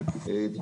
יותר.